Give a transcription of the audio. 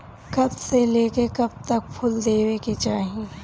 कब से लेके कब तक फुल देवे के चाही?